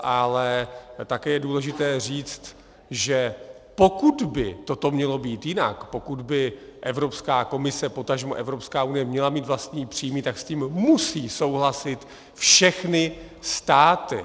Je ale také důležité říct, že pokud by toto mělo být jinak, pokud by Evropská komise, potažmo Evropská unie měla mít vlastní příjmy, tak s tím musí souhlasit všechny státy.